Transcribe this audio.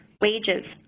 wages,